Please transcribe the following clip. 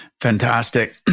Fantastic